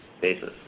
basis